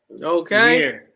Okay